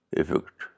effect